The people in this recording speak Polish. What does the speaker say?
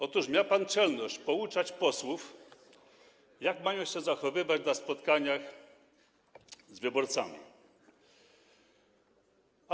Otóż miał pan czelność pouczać posłów, jak mają się zachowywać na spotkaniach z wyborcami.